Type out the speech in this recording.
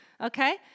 okay